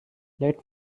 let